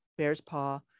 Bearspaw